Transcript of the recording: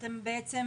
תיקחו